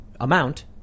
amount